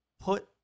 put